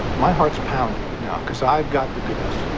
my heart's pounding now, because i've got the goods.